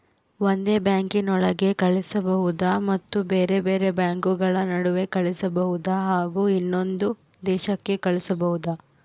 ಒಂದೇ ಬ್ಯಾಂಕಿನೊಳಗೆ ಕಳಿಸಬಹುದಾ ಮತ್ತು ಬೇರೆ ಬೇರೆ ಬ್ಯಾಂಕುಗಳ ನಡುವೆ ಕಳಿಸಬಹುದಾ ಹಾಗೂ ಇನ್ನೊಂದು ದೇಶಕ್ಕೆ ಕಳಿಸಬಹುದಾ?